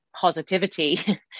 positivity